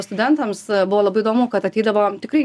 studentams buvo labai įdomu kad ateidavo tikrai